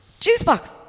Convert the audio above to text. Juicebox